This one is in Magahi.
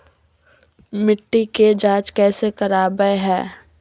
मिट्टी के जांच कैसे करावय है?